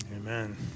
Amen